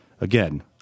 Again